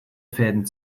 fäden